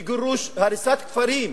מגירוש, מהריסת כפרים,